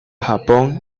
japón